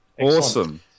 Awesome